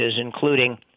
including